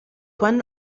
one